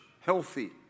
healthy